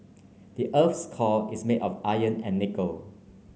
the earth's core is made of iron and nickel